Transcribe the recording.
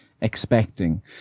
expecting